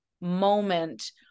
moment